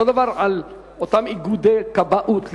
אותו הדבר עם איגודי כבאות למיניהם,